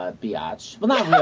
ah biatch. well not